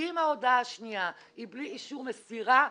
אם ההודעה השנייה היא בלי אישור מסירה,